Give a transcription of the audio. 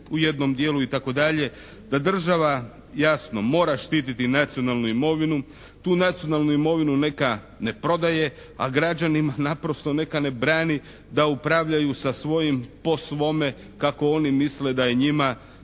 u jednom dijelu i tako dalje. Da država jasno mora štititi nacionalnu imovinu. Tu nacionalnu imovinu neka ne prodaje, a građanima naprosto neka ne brani da upravljaju sa svojim, po svome kako oni misle da je njima